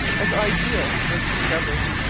as ideal was discovered.